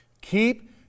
Keep